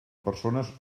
persones